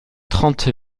trente